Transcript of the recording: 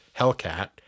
Hellcat